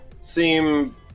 seem